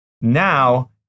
Now